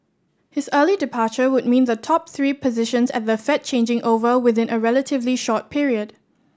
his early departure would mean the top three positions at the Fed changing over within a relatively short period